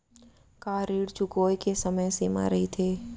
का ऋण चुकोय के समय सीमा रहिथे?